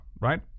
right